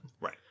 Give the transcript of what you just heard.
Right